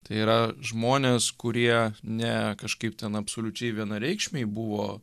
tai yra žmonės kurie ne kažkaip ten absoliučiai vienareikšmiai buvo